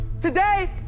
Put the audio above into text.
Today